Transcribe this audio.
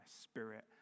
spirit